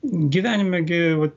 gyvenime gi vat